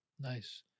Nice